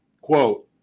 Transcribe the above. quote